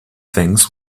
things